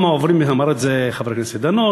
אמר את זה חבר הכנסת דנון,